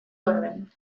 orden